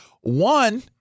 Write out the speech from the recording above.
One